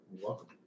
welcome